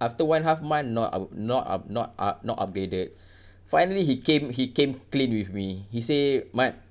after one half month not up~ not up~ not u~ not upgraded finally he came he came clean with me he say mat